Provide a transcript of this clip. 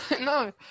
No